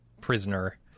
prisoner